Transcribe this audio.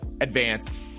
advanced